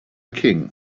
king